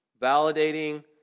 validating